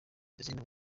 izina